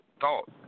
thought